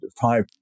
five